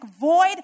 void